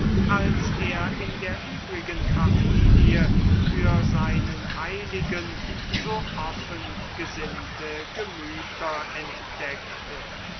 als er in der übrigen familie für seinen heiligen so offen gesinnte gemüter entdeckte